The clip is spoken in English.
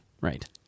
Right